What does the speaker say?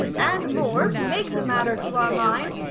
and more to make the matter to our mind,